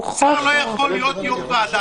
יעקב,